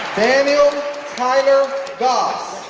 daniel tyler goss,